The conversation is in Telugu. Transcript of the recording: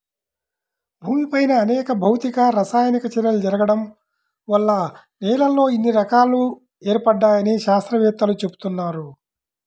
భూమిపైన అనేక భౌతిక, రసాయనిక చర్యలు జరగడం వల్ల నేలల్లో ఇన్ని రకాలు ఏర్పడ్డాయని శాత్రవేత్తలు చెబుతున్నారు